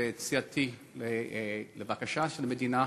אני רוצה לצרף את שמי ואת סיעתי לבקשה למדינה